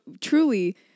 truly